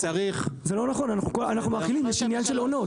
זה לא נכון, אנחנו מאכילים, יש עניין של עונות.